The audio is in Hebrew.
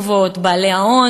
בעלי ההכנסות הגבוהות, בעלי ההון.